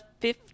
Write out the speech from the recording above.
fifth